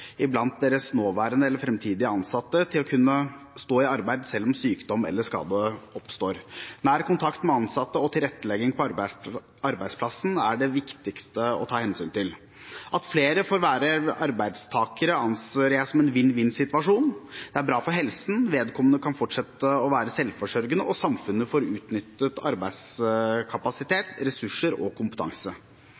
deres nåværende eller framtidige ansatte, slik at de kan stå i arbeid selv om sykdom eller skade oppstår. Nær kontakt med ansatte og tilrettelegging på arbeidsplassen er det viktigste å ta hensyn til. At flere får være arbeidstakere, anser jeg som en vinn–vinn-situasjon. Det er bra for helsen, vedkommende kan fortsatt være selvforsørgende, og samfunnet får utnyttet arbeidskapasitet, ressurser og kompetanse.